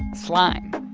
slime.